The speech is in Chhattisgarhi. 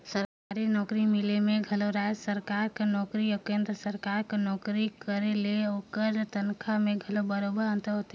सरकारी नउकरी मिले में घलो राएज सरकार कर नोकरी अउ केन्द्र सरकार कर नोकरी करे ले ओकर तनखा में घलो बरोबेर अंतर होथे